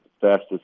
fastest